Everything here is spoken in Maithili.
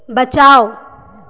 बचाउ